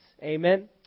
Amen